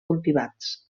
cultivats